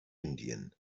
indien